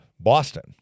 Boston